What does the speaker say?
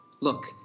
look